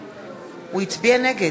הצבעת.